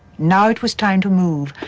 now it was time to move.